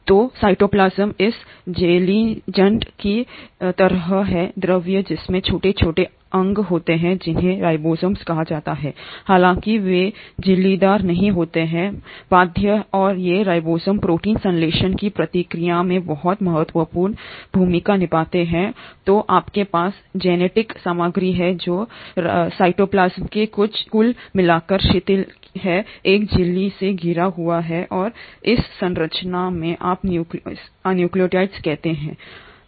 तो साइटोप्लाज्म इस जेलीइंट की तरह है द्रव जिसमें छोटे छोटे अंग होते हैं जिन्हें राइबोसोम कहा जाता है हालांकि वे झिल्लीदार नहीं होते हैं बाध्य और ये राइबोसोम प्रोटीन संश्लेषण की प्रक्रिया में बहुत महत्वपूर्ण भूमिका निभाते हैं और तो आपके पास जेनेटिक सामग्री है जो साइटोप्लाज्म में कुल मिलाकर शिथिल है एक झिल्ली से घिरा हुआ है और इस संरचना को आप न्यूक्लियॉइड कहते हैं